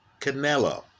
Canelo